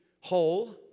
whole